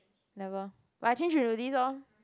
never but I changed into this loh